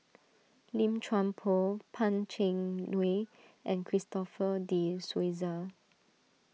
Lim Chuan Poh Pan Cheng Lui and Christopher De Souza